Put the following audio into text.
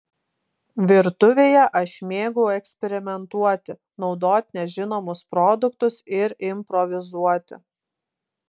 virtuvėje aš mėgau eksperimentuoti naudoti nežinomus produktus ir improvizuoti